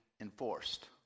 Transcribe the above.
enforced